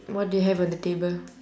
what do you have on the table